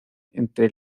entre